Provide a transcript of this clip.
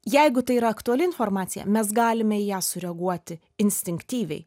jeigu tai yra aktuali informacija mes galime į ją sureaguoti instinktyviai